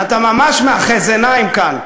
אתה ממש מאחז עיניים כאן.